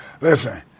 Listen